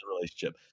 relationship